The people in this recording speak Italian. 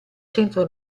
centro